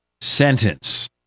sentence